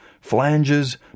flanges